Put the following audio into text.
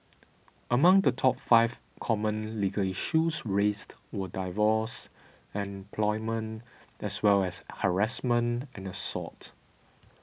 among the top five common legal issues raised were divorce employment as well as harassment and assault